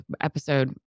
episode